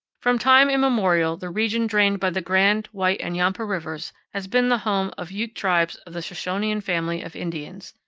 from time immemorial the region drained by the grand, white, and yampa rivers has been the home of ute tribes of the shoshonean family of indians.